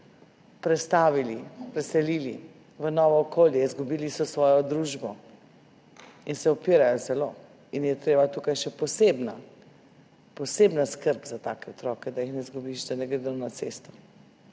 prestavili, preselili v novo okolje. Izgubili so svojo družbo in se zelo upirajo in je potrebna tukaj še posebna skrb za take otroke, da jih ne izgubiš, da ne gredo na cesto.